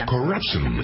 Corruption